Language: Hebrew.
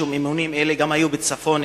משום שאימונים אלה היו גם אצלנו בצפון,